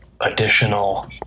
Additional